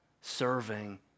serving